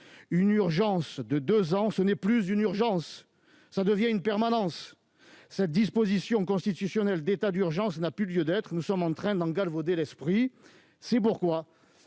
Une urgence de deux ans, ce n'est plus une urgence, cela devient une permanence. Cette disposition constitutionnelle d'état d'urgence n'a plus lieu d'être ; nous sommes en train d'en galvauder l'esprit. C'est pourquoi